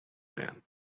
man